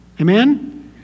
Amen